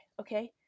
okay